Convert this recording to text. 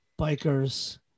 bikers